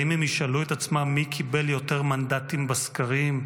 האם הם ישאלו את עצמם מי קיבל יותר מנדטים בסקרים,